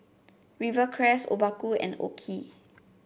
Rivercrest Obaku and OKI